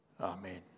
Amen